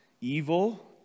evil